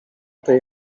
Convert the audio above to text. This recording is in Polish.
tej